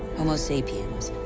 homo sapiens,